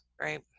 right